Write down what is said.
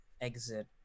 exit